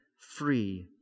free